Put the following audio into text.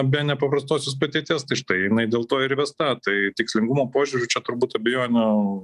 be nepaprastosios padėties tai štai jinai dėl to ir įvesta tai tikslingumo požiūriu čia turbūt abejonių